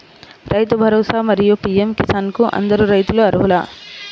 రైతు భరోసా, మరియు పీ.ఎం కిసాన్ కు అందరు రైతులు అర్హులా?